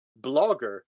blogger